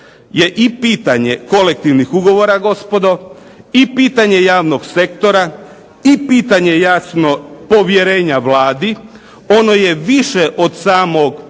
je i pitanje kolektivnih ugovora gospodo i pitanje javnog sektora i pitanje jasno povjerenja Vladi. Ono je više od samog